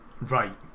Right